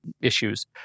issues